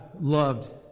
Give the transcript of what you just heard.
loved